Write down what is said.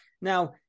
Now